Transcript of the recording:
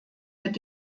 mit